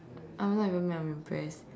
I'm not even mad I'm impressed